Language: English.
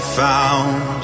found